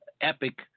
epic